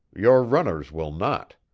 your runners will not.